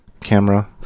camera